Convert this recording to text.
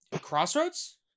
Crossroads